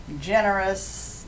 generous